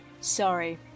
Sorry